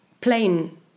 plain